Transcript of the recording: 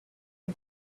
you